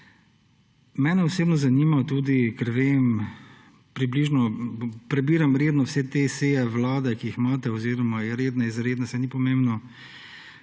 Mene osebno zanima tudi, ker vem, prebiram redno vse te seje vlade, ki jih imate oziroma redne, izredne, saj ni pomembno,